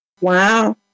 wow